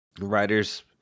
writers